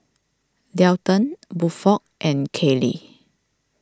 Delton Buford and Kayli